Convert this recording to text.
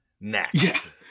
next